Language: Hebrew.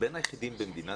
ולהגיד